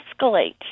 escalate